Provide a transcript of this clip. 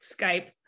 Skype